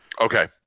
Okay